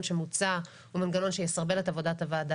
שמוצא הוא מנגנון שיסרבל את עבודת הוועדה,